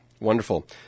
Wonderful